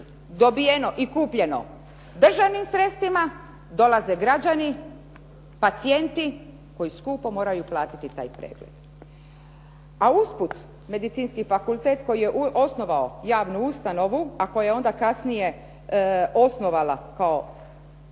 dobijeno i kupljeno državnim sredstvima, dolaze građani, pacijenti koji skupo moraju platiti taj pregled. A usput Medicinski fakultet koji je osnovao javnu ustanovu a koja je onda kasnije osnovala kao